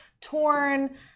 torn